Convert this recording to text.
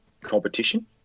competition